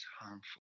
harmful